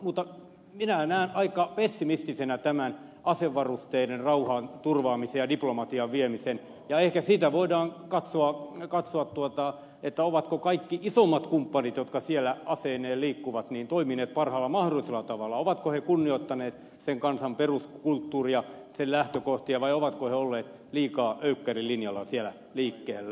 mutta minä näen aika pessimistisenä tämän asevarusteisen rauhanturvaamisen ja diplomatian viemisen ja ehkä sitä voidaan katsoa ovatko kaikki isommat kumppanit jotka siellä aseineen liikkuvat toimineet parhaalla mahdollisella tavalla ovatko ne kunnioittaneet sen kansan peruskulttuuria sen lähtökohtia vai ovatko he olleet liikaa öykkärilinjalla siellä liikkeellä